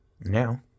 Now